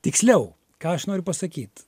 tiksliau ką aš noriu pasakyt